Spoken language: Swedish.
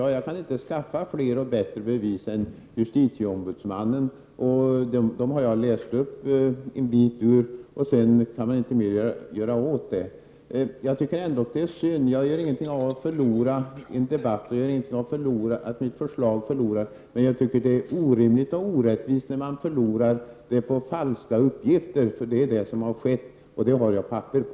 Ja, jag kan inte skaffa fler och bättre bevis än justitieombudsmannens — och jag har läst upp en bit ur dem. Sedan kan man inte göra mer åt detta. Jag tycker ändå att det är synd. Det gör mig ingenting att mitt förslag förlorar, men jag tycker att det är orimligt och orättvist när det förlorar på grund av falska uppgifter — för det är vad som har skett, det har jag papper på.